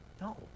No